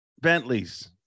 bentleys